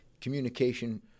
Communication